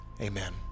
amen